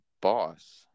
boss